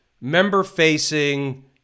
member-facing